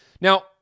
Now